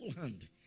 hand